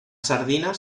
sardinas